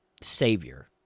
Savior